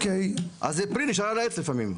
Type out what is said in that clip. אז הפרי נשאר על העץ לפעמים.